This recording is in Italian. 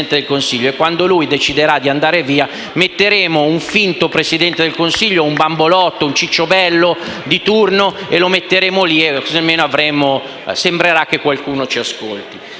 quando lui deciderà di andare via metteremo lì un finto Presidente del Consiglio, un bambolotto, un cicciobello di turno, così almeno sembrerà che qualcuno ci ascolti.